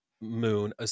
moon